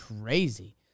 crazy